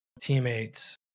teammates